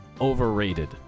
overrated